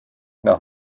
nach